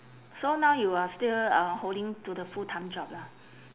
so now you are still uh holding to the full time job lah